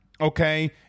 okay